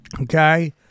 Okay